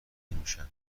نمیشن